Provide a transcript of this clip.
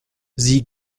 sie